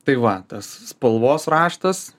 tai va tas spalvos raštas